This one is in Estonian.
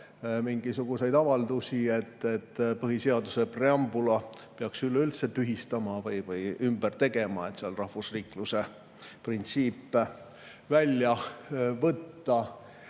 mingisuguseid avaldusi, et põhiseaduse preambula peaks üleüldse tühistama või ümber tegema, et sealt rahvusriikluse printsiip välja võtta. Ja